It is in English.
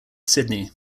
sydney